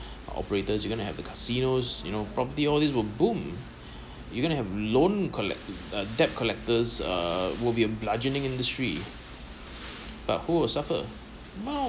operators you going to have the casinos you know probably all these will boom you're going to have loan collect a debt collectors uh will be a bludgeoning industry but who will suffer no